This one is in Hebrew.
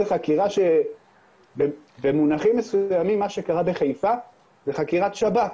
זאת חקירה שבמונחים מסוימים מה שקרה בחיפה זאת חקירת שב"כ,